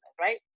right